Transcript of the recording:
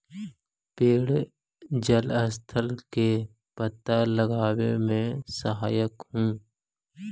पेड़ जलस्तर के पता लगावे में सहायक हई